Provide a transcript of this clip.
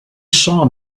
saw